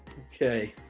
okay